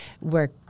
Work